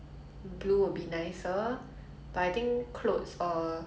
浅粉红色 will be nicer loh ya